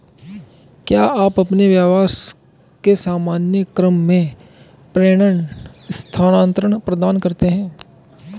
क्या आप अपने व्यवसाय के सामान्य क्रम में प्रेषण स्थानान्तरण प्रदान करते हैं?